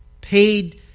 paid